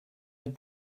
had